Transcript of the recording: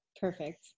Perfect